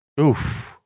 Oof